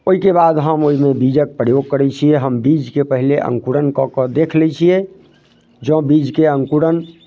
ओइके बाद हम ओइमे बीजक प्रयोग करै छियै हम बीजके पहिले अङ्कुरन कऽ कऽ देख लै छियै जँ बीजके अङ्कुरन